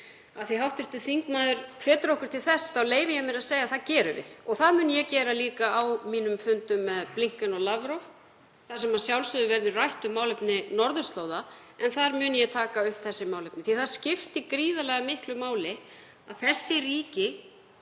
því að hv. þingmaður hvetur okkur til þess þá leyfi ég mér að segja að það gerum við og það mun ég líka gera á fundum mínum með Blinken og Lavrov. Þar verður að sjálfsögðu rætt um málefni norðurslóða en þar mun ég líka taka þessi málefni upp. Það skiptir gríðarlega miklu máli að þessi ríki